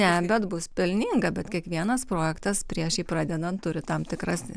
ne bet bus pelninga bet kiekvienas projektas prieš jį pradedant turi tam tikras